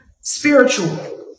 spiritual